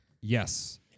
Yes